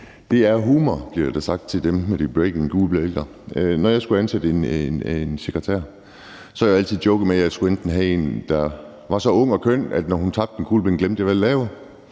det er humor, bliver der sagt med de breakinggule bjælker – at når jeg skulle ansætte en sekretær, har jeg altid joket med, at jeg enten skulle have en, der var så ung og køn, at når hun tabte en kuglepen, glemte jeg, hvad jeg lavede,